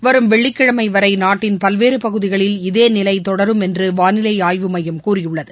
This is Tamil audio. வரும் வெள்ளிக்கிழமை வரை நாட்டின் பல்வேறு பகுதிகளில் இதே நிலை தொடரும் என்று வானிலை ஆய்வு மையம் கூறியுள்ளது